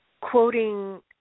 quoting